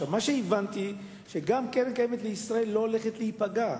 הבנתי שגם קרן קיימת לישראל לא הולכת להיפגע,